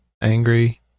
angry